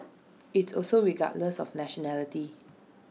it's also regardless of nationality